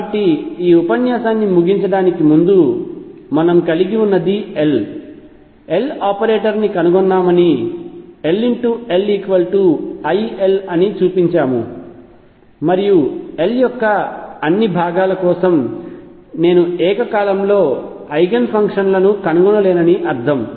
కాబట్టి ఈ ఉపన్యాసాన్ని ముగించడానికి ముందు మనము కలిగి ఉన్నది L L ఆపరేటర్ని కనుగొన్నామని LLiL అని చూపించాము మరియు L యొక్క అన్ని భాగాల కోసం నేను ఏకకాలంలో ఐగెన్ ఫంక్షన్లను కనుగొనలేనని అర్థం